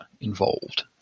involved